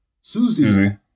Susie